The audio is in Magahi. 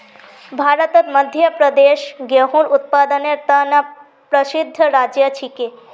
भारतत मध्य प्रदेश गेहूंर उत्पादनेर त न प्रसिद्ध राज्य छिके